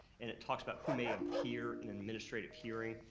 and it talks about who may appear in an administrative hearing,